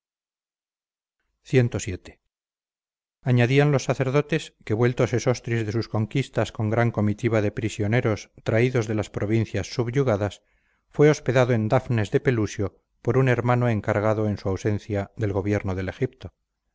cvii añadían los sacerdotes que vuelto sesostris de sus conquistas con gran comitiva de prisioneros traídos de las provincias subyugadas fue hospedado en dafnes de pelusio por un hermano encargado en su ausencia del gobierno del egipto